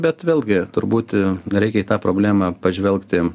bet vėlgi turbūt reikia į tą problemą pažvelgti